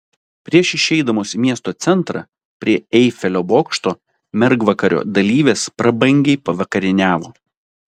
prieš išeidamos į miesto centrą prie eifelio bokšto mergvakario dalyvės prabangiai pavakarieniavo